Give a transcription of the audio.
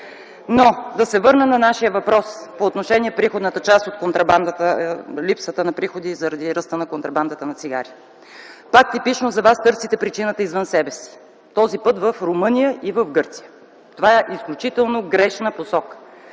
Но да се върна на нашия въпрос по отношение липсата на приходи заради ръста на контрабандата на цигари. Пак типично за Вас търсите причината извън себе си – този път в Румъния и в Гърция. Това е изключително грешна посока.